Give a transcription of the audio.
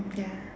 ya